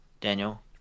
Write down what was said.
Daniel